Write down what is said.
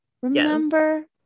Remember